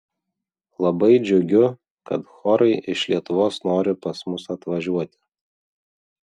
labai džiugiu kad chorai iš lietuvos nori pas mus atvažiuoti